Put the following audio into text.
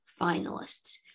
finalists